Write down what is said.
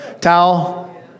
towel